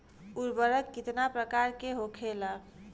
उर्वरक कितना प्रकार के होखेला?